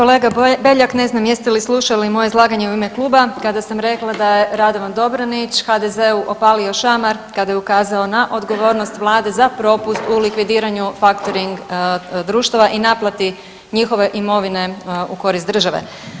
Kolega Beljak, ne znam jeste li slušali moje izlaganje u ime kluba kada sam rekla da je Radovan Dobronić HDZ-u opalio šamar kada je ukazao na odgovornost vlade za propust u likvidiranju faktoring društava i naplati njihove imovine u korist države.